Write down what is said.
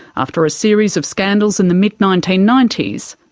after a series of scandals in the mid nineteen ninety s,